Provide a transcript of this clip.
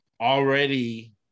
Already